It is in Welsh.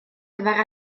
gyfer